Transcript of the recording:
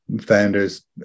Founders